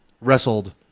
wrestled